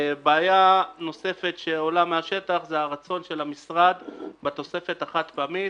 בעיה נוספת שעולה מהשטח זה הרצון של המשרד בתוספת החד-פעמית.